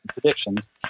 predictions